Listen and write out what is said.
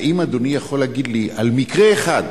האם אדוני יכול להגיד לי על מקרה אחד